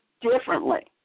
differently